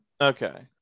Okay